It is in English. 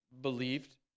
believed